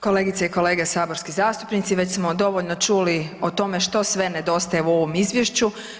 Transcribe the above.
Kolegice i kolege saborski zastupnici, već smo dovoljno čuli o tome što sve nedostaje ovom Izvješću.